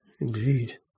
indeed